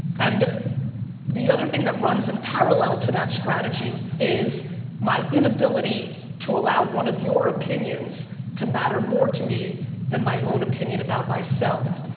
and the other thing that runs in parallel to that strategy is my inability to allow one of your opinions to matter more to me than my own opinion about myself.